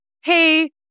hey